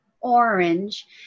orange